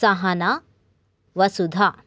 सहना वसुधा